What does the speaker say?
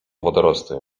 wodorosty